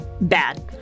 bad